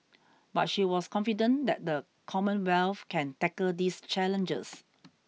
but she was confident that the Commonwealth can tackle these challenges